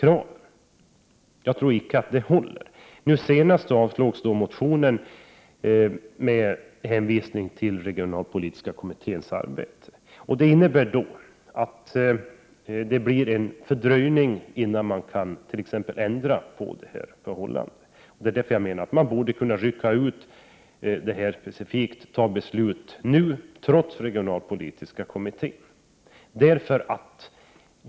Men jag tror inte att den förklaringen håller i längden. Vad som senast hänt är att en motion som väckts i frågan avslagits med hänvisning till att den regionalpolitiska kommittén bedriver ett arbete. Det innebär att en fördröjning uppstår. Det dröjer alltså innan man kan ändra på detta förhållande. Därför menar jag att man borde kunna rycka ut denna fråga och behandla den specifikt för att sedan kunna fatta beslut, trots att den regionalpolitiska kommittén arbetar med dessa frågor.